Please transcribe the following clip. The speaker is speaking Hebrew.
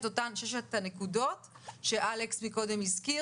על ששת הנקודות שאלכס דיבר עליהן קודם לכן,